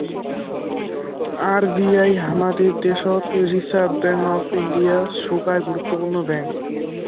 RBI হামাদের দ্যাশোত reserve bank of India, সোগায় গুরুত্বপূর্ণ ব্যাঙ্ক